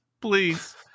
Please